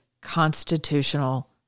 constitutional